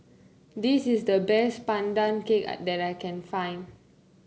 this is the best Pandan Cake that I can find